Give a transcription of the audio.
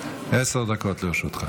עשר דקות לרשותך.